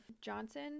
johnson